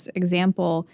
example